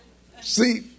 See